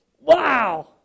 Wow